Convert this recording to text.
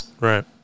Right